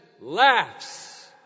laughs